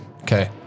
Okay